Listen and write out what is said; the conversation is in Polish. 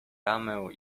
ramę